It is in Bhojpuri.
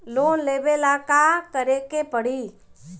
लोन लेवे ला का करे के पड़ी?